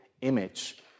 image